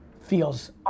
feels